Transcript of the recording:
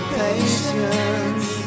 patience